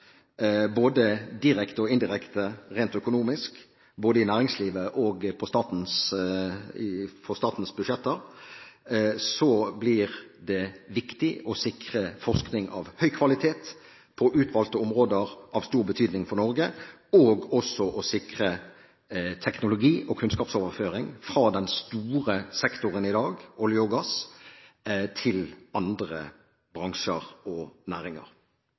både direkte og indirekte rent økonomisk, både i næringslivet og for statens budsjetter, blir det viktig å sikre forskning av høy kvalitet på utvalgte områder av stor betydning for Norge og å sikre teknologi og kunnskapsoverføring fra den store sektoren i dag – olje og gass – til andre bransjer og næringer.